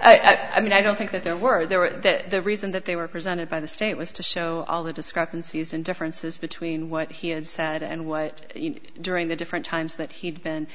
i mean i don't think that there were there were that the reason that they were presented by the state was to show all the discrepancies and differences between what he had said and what during the different times that he'd been